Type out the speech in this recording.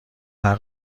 همه